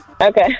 okay